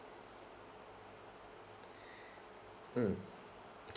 mm